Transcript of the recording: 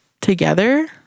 together